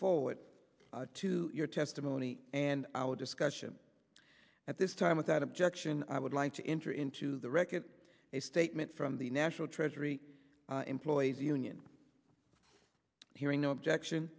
forward to your testimony and our discussion at this time without objection i would like to enter into the record a statement from the national treasury employees union hearing no objection